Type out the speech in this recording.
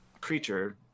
creature